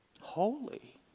Holy